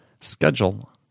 schedule